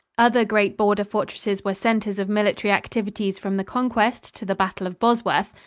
other great border fortresses were centers of military activities from the conquest to the battle of bosworth,